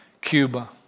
Cuba